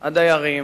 הדיירים,